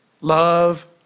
Love